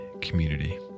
community